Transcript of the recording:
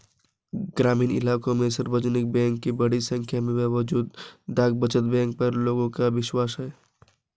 ग्रामीण इलाकों में सार्वजनिक बैंक की बड़ी संख्या के बावजूद डाक बचत बैंक पर लोगों का विश्वास है